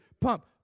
pump